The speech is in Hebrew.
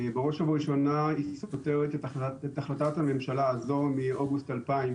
כי בראש ובראשונה היא סותרת את החלטת הממשלה הזו מאוגוסט 2021,